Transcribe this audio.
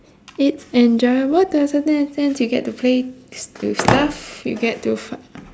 it's enjoyable does in that sense you get to play with stuff you get to find